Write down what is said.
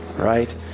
right